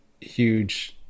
huge